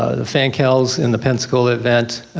ah the fan cowls in the pensacola event,